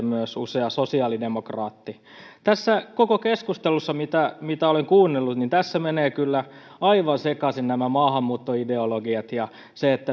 myös usea sosiaalidemokraatti tässä koko keskustelussa mitä mitä olen kuunnellut menevät kyllä aivan sekaisin nämä maahanmuuttoideologiat ja se